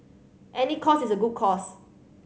any cause is a good cause